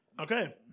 Okay